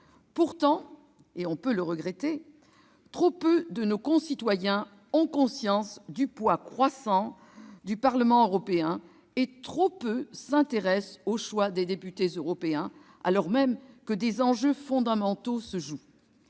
Pourtant, et on peut le regretter, trop peu de nos concitoyens ont conscience du poids croissant du Parlement européen et trop peu s'intéressent au choix des députés européens, alors même qu'ils doivent traiter d'enjeux fondamentaux. Le taux